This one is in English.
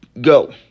Go